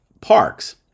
parks